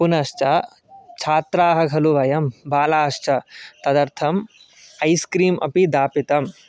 पुनश्च छात्राः खलु वयं बालाश्च तदर्थम् ऐस्क्रीम् अपि दापितम्